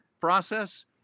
process